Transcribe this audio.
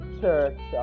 church